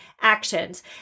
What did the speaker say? actions